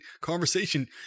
conversation